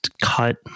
cut